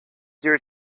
dear